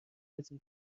ازاین